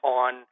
on